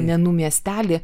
menų miestelį